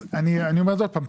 אז אני אומר עוד פעם,